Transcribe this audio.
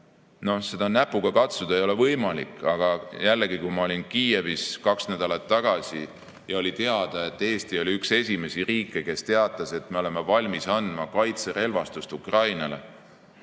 Noh, seda näpuga katsuda ei ole võimalik, aga jällegi, kui ma olin kaks nädalat tagasi Kiievis ja oli teada, et Eesti oli üks esimesi riike, kes teatas, et me oleme valmis andma Ukrainale